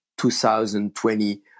2020